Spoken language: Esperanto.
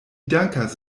dankas